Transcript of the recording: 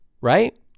right